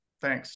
thanks